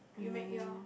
you make ya